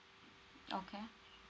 okay